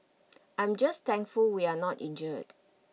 I'm just thankful we are not injured